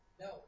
No